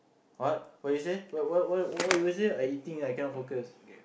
what what you say what what what what what you say I eating I cannot focus